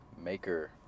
maker